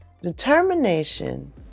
Determination